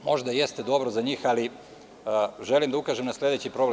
Možda jeste dobro za njih ali želim da ukažem na sledeći problem.